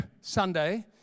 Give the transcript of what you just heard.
Sunday